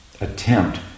attempt